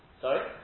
Sorry